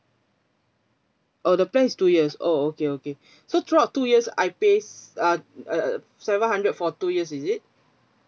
oh the plan is two years oh okay okay so throughout two years I pays uh uh seven hundred for two years it